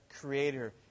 Creator